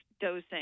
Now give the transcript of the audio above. dosing